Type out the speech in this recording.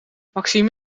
maxime